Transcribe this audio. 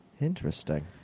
Interesting